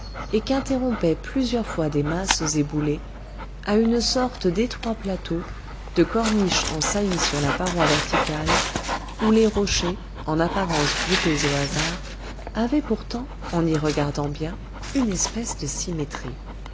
et qu'interrompaient plusieurs fois des masses éboulées à une sorte d'étroit plateau de corniche en saillie sur la paroi verticale où les rochers en apparence groupés au hasard avaient pourtant en y regardant bien une espèce de symétrie